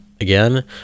again